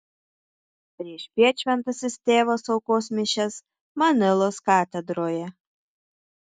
priešpiet šventasis tėvas aukos mišias manilos katedroje